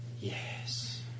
Yes